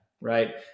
right